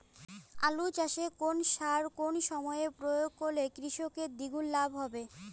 আলু চাষে কোন সার কোন সময়ে প্রয়োগ করলে কৃষকের দ্বিগুণ লাভ হবে?